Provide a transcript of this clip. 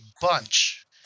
bunch